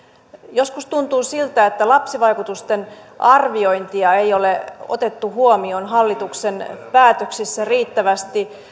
joskus tuntuu siltä että lapsivaikutusten arviointia ei ole otettu huomioon hallituksen päätöksissä riittävästi